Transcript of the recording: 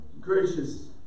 Gracious